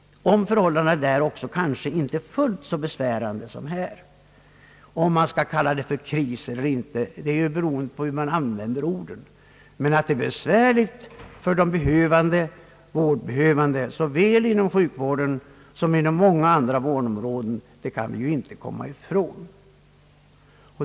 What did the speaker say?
Om man 'skall kalla situationen för kris eller inte beror på hur man använder orden. Men att det är besvärande för de behövande inom såväl sjukvården som inom andra områden kan vi inte komma ifrån.